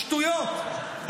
שטויות.